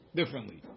Differently